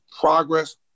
progress